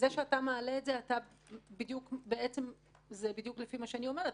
בדיוק מה שאני אומרת,